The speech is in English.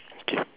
K